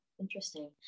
Interesting